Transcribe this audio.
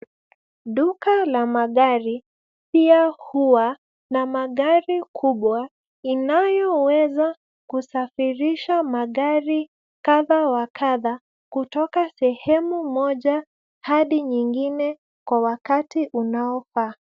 Duka la magari pia huwa na magari kubwa inayoweza kusafirisha magari kadha wa kadha, kutoka sehemu moja hadi nyingine kwa wakati unaofaa.